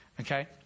okay